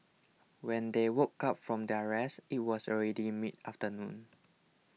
when they woke up from their rest it was already mid afternoon